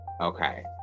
Okay